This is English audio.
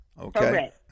Okay